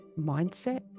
mindset